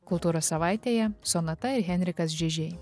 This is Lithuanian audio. kultūros savaitėje sonata ir henrikas žižiai